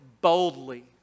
boldly